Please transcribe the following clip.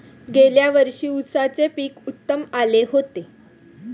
गेल्या वर्षी उसाचे पीक उत्तम आले होते